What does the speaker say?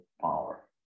power